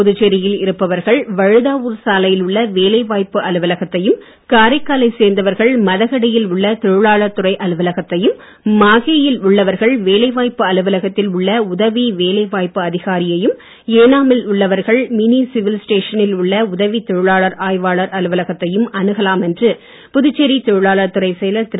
புதுச்சேரியில் இருப்பவர்கள் வழுதாவூர் சாலையில் உள்ள வேலை வாய்ப்பு அலுவலகத்தையும் காரைக்காலைச் சேர்ந்தவர்கள் மதகடியில் உள்ள தொழிலாளர் துறை அலுவலகத்தையும் மாஹேயில் உள்ளவர்கள் வேலைவாய்ப்பு அலுவலகத்தில் உள்ள உதவி வேலை வாய்ப்பு அதிகாரியையும் ஏனாமில் உள்ளவர்கள் மினி சிவில் ஸ்டேஷனில் உள்ள உதவி தொழிலாளர் ஆய்வாளர் அலுவலகத்தையும் அணுகலாம் என்று புதுச்சேரி தொழிலாளர் துறைச் செயலர் திரு